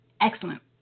Excellent